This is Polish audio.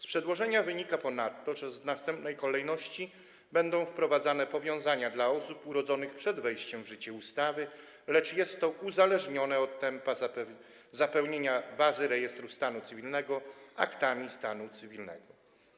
Z przedłożenia wynika ponadto, że w następnej kolejności będą wprowadzane powiązania dla osób urodzonych przed wejściem w życie ustawy, lecz jest to uzależnione od tempa zapełniania bazy rejestru stanu cywilnego aktami stanu cywilnego.